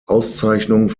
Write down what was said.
auszeichnung